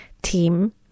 Team